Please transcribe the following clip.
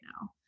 now